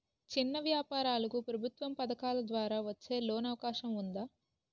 చిన్న వ్యాపారాలకు ప్రభుత్వం పథకాల ద్వారా వచ్చే లోన్ అవకాశం ఉందా?